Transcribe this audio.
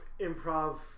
improv